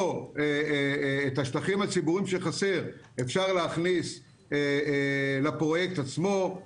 את השטחים הציבוריים שחסרים אפשר להכניס לפרויקט עצמו,